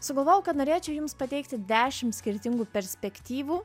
sugalvojau kad norėčiau jums pateikti dešim skirtingų perspektyvų